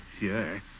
sure